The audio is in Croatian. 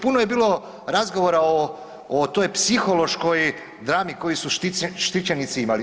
Puno je bilo razgovora o toj, o toj psihološkoj drami koju su štićenici imali.